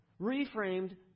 Reframed